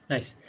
Nice